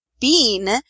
bean